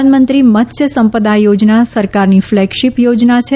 પ્રધાનમંત્રી મત્સ્ય સંપદા યોજના સરકારની ફ્લેગશીપ યોજના છે